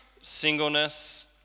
singleness